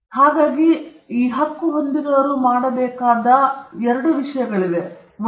ಆದ್ದರಿಂದ ಬಲ ಹೊಂದಿರುವವರು ಮಾಡಬೇಕಾದ ಎರಡು ವಿಷಯಗಳಿವೆ 1